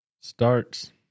Starts